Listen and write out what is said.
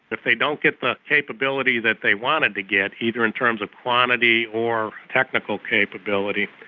if they don't get the capability that they wanted to get, either in terms of quantity or technical capability,